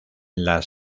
las